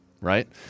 right